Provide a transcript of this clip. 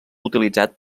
utilitzat